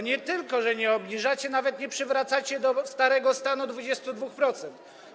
Nie tylko, że nie obniżacie, nawet nie przywracacie do starego stanu - 22%.